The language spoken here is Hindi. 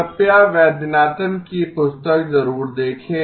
कृपया वैद्यनाथन की पुस्तक जरूर देखें